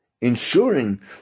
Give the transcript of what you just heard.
ensuring